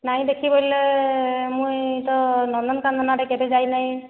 ନାଇଁ ଦେଖି ବୋଇଲେ ମୁଇଁ ତ ନନ୍ଦନକାନନ ଆଡ଼େ କେବେ ଯାଇନାହିଁ